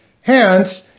Hence